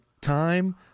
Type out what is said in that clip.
time